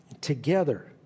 together